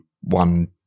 one